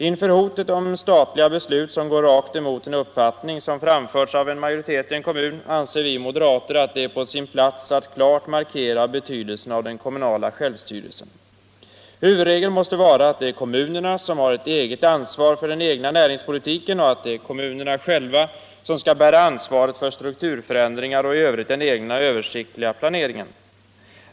Inför hotet om statliga beslut som går rakt emot en uppfattning som framförts av en majoritet i en kommun anser vi moderater att det är på sin plats att klart markera betydelsen av den kommunala självstyrelsen. Huvudregeln måste vara att det är kommunerna som har ett eget ansvar för den egna näringspolitiken och att det är kommunerna själva som skall bära huvudansvaret för strukturförändringar och i övrigt för den egna översiktliga planeringen.